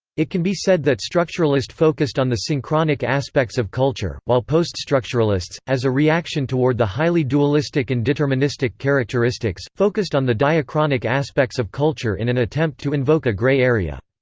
it can be said that structuralists focussed on the synchronic aspects of culture, while poststructuralists, as a reaction toward the highly dualistic and deterministic characteristics, focussed on the diachronic aspects of culture in an attempt to invoke a grey area.